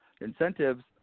incentives